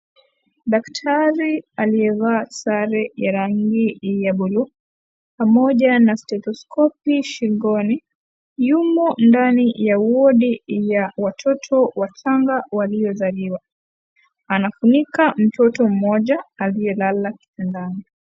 Daktari aliyevaa sare ya rangi ya bluu pamoja steteskopu shingoni ,Yumo ndani ya wadi ya watoto wachanga waliozaliwa. Anamfunika mtoto mmoja aliyelala kitandani.